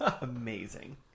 amazing